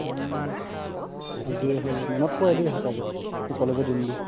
আজৰি হ'ল মনত পৰে দেই সচাঁকৈ সেই কলেজৰ দিনবোৰ